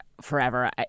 forever